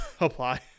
Apply